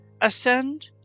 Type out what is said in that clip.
Ascend